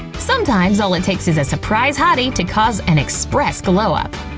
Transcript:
sometimes, all it takes is a surprise hottie to cause an express glow-up!